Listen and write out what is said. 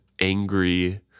angry